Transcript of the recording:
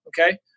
okay